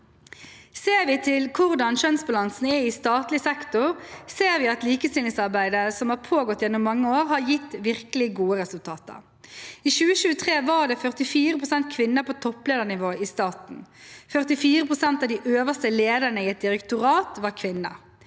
Ser vi til hvordan kjønnsbalansen er i statlig sektor, ser vi at likestillingsarbeidet som har pågått gjennom mange år, har gitt virkelig gode resultater. I 2023 var det 44 pst. kvinner på toppledernivå i staten. 44 pst. av de øverste lederne i et direktorat var kvinner.